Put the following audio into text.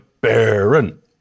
Baron